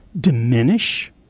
diminish